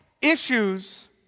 issues